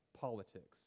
Politics